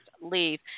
leave